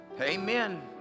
amen